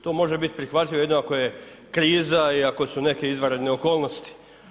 To može biti prihvatljivo jedino ako je kriza i ako su neke izvanredne okolnosti.